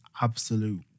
absolute